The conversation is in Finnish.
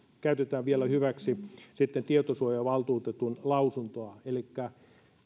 käytetään vielä sitten hyväksi tietosuojavaltuutetun lausuntoa elikkä